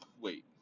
Wait